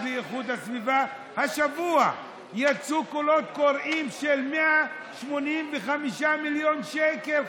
לאיכות הסביבה השבוע יצאו קולות קוראים של 185 מיליון שקל,